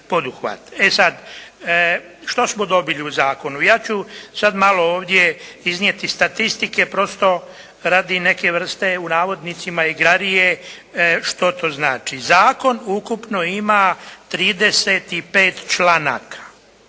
E sad, što smo dobili u zakonu? Ja ću sad malo ovdje iznijeti statistike prosto radi neke vrste u navodnicima "igrarije" što to znači. Zakon ukupno ima 35 članaka,